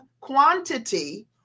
quantity